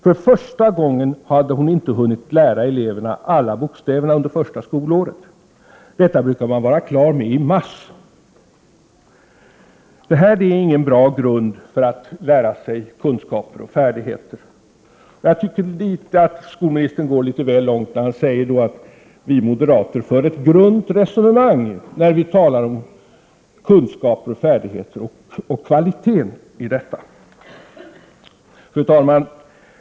För första gången hade hon inte hunnit lära eleverna alla bokstäverna under första skolåret. Detta brukar man vara klar med i mars. Detta är inte någon bra grund för att lära sig kunskaper och färdigheter. Jag tycker att skolministern går litet väl långt när han kritiserar oss moderater för ett grunt resonemang, när vi understryker vikten av kunskaper, färdigheter och kvalitet i detta sammanhang. Fru talman!